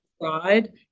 pride